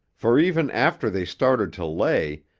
for even after they started to lay,